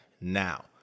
now